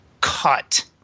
cut